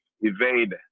evade